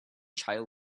child